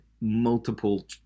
multiple